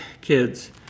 kids